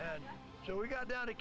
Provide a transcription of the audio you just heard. and so we got down to